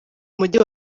mujyi